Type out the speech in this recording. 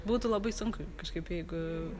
būtų labai sunku kažkaip jeigu